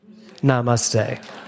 Namaste